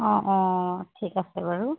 অঁ অঁ ঠিক আছে বাৰু